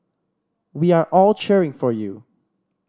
we are all cheering for you